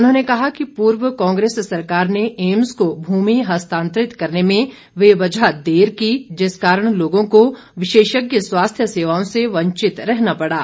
उन्होंने कहा की पूर्व कांग्रेस सरकार ने एम्स को भूमि हस्तांतरित करने में बेवजह देर की जिस कारण लोगों को विशेषज्ञ स्वास्थ्य सेवाओं से वंचित रहना पड़ा